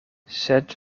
sed